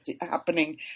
happening